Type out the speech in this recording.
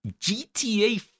GTA